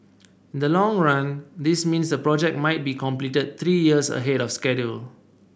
the long run this means the project might be completed three years ahead of schedule